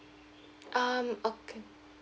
um okay